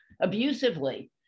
abusively